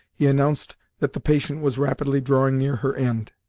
he announced that the patient was rapidly drawing near her end.